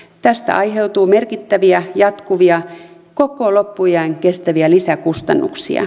tästä aiheutuu merkittäviä jatkuvia koko loppuiän kestäviä lisäkustannuksia